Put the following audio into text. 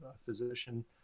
physician